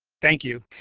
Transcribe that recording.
thank you.